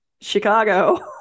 Chicago